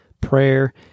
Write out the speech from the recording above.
prayer